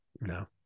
No